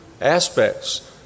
aspects